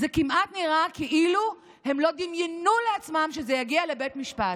זה כמעט נראה כאילו הם לא דמיינו לעצמם שזה יגיע לבית משפט,